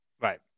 Right